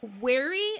wary